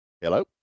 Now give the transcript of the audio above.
Hello